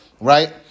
Right